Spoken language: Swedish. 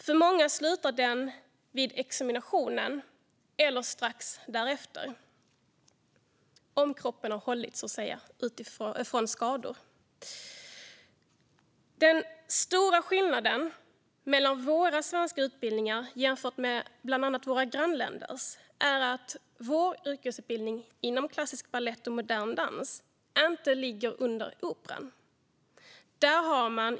För många slutar det vid examinationen eller strax därefter - om kroppen har hållit och undgått skador, vill säga. Den stora skillnaden mellan våra utbildningar och bland annat våra grannländers är att vår yrkesutbildning inom klassisk balett och modern dans inte ligger under Operan.